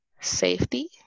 safety